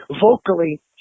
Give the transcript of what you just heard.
vocally